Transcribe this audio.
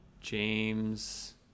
James